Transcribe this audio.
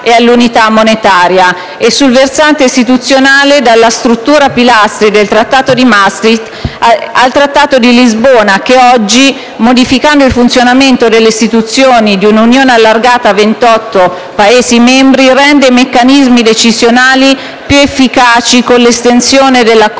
e all'unità monetaria; e, sul versante istituzionale, dalla struttura a pilastri del Trattato di Maastricht al Trattato di Lisbona, che oggi, modificando il funzionamento delle istituzioni di un'Unione allargata a 28 Paesi membri, rende i meccanismi decisionali più efficaci con l'estensione della